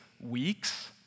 weeks